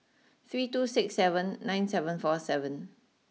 three two six seven nine seven four seven